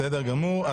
בסדר גמור.